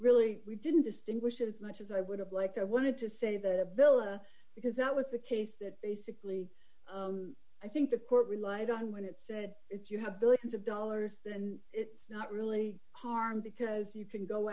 really we didn't distinguish it as much as i would have liked i wanted to say that a bill or because that was the case that basically i think the court relied on when it said if you have billions of dollars and it's not really harm because you can go